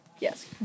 yes